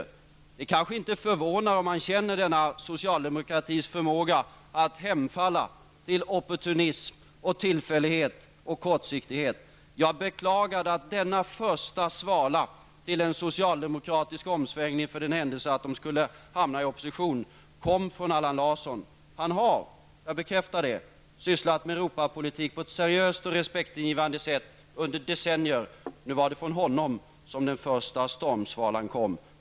Detta är kanske inte förvånande, om man känner denna socialdemokratis förmåga att hemfalla till opportunism, tillfällighet och kortsiktighet. Jag beklagar att denna första svala till en socialdemokratisk omsvängning, för den händelse att socialdemokraterna skulle hamna i opposition, kom från Allan Larsson. Jag kan bekräfta att han under decennier har sysslat med Europapolitik på ett seriöst och respektingivande sätt. Nu var det från Allan Larssons som den första stormsvalan kom.